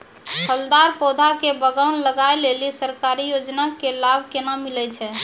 फलदार पौधा के बगान लगाय लेली सरकारी योजना के लाभ केना मिलै छै?